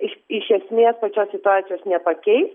iš iš esmės pačios situacijos nepakei